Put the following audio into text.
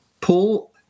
Paul